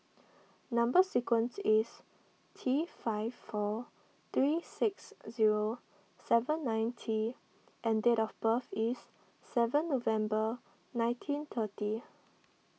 Number Sequence is T five four three six zero seven nine T and date of birth is seven November nineteen thirty